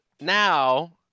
now